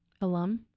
Alum